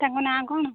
ତାଙ୍କ ନାଁ କ'ଣ